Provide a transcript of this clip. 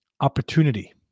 opportunity